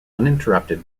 uninterrupted